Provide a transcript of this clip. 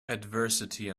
adversity